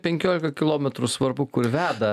penkiolika kilometrų svarbu kur veda